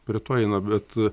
prie to eina bet